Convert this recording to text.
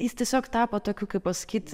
jis tiesiog tapo tokiu kaip pasakyt